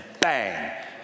bang